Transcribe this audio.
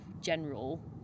general